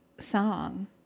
song